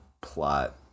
plot